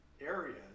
areas